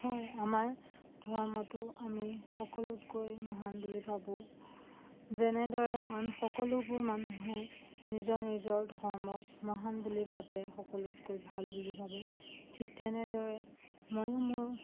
হয় আমাৰ ধৰ্মটোক আমি সকলোতকৈ মহান বুলি ভাবোঁ যেনেদৰে আন সকলোবোৰ মানুহে নিজৰ নিজৰ ধৰ্মক মহান বুলি ভাবে সকলোতকৈ ভাল বুলি ভাবে ঠিক তেনেদৰে ময়ো মোৰ